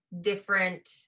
different